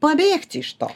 pabėgti iš to